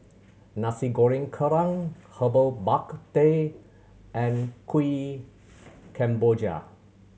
Nasi Goreng Kerang Herbal Bak Ku Teh and Kuih Kemboja